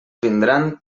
vindran